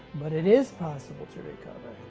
but it is possible to recover.